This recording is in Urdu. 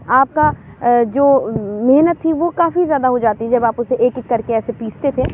آپ کا جو محنت تھی وہ کافی زیادہ ہو جاتی جب آپ اسے ایک ایک کر کے ایسے پیستے تھے